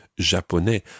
japonais